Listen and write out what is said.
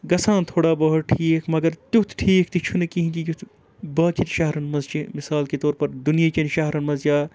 گَژھان تھوڑا بہت ٹھیٖک مگر تیُتھ ٹھیٖک تہِ چھُنہٕ کِہیٖنۍ کہِ یُتھ باقِیَن شہرَن منٛز چھِ مِثال کے طور پَر دُنہیٖکٮ۪ن شہرَن مَنٛز یا